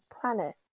planet